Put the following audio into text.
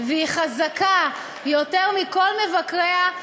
והיא חזקה יותר מכל מבקריה,